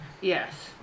Yes